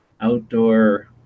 Outdoor